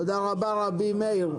תודה רבה, רבי מאיר.